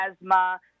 asthma